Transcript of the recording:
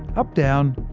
up-down,